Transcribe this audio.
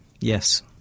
Yes